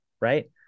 right